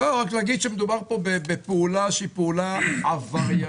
לא, רק להגיד שמדובר בפעולה שהיא פעולה עבריינית.